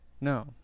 No